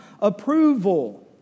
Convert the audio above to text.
approval